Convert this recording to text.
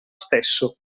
stesso